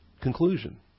conclusion